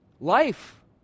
Life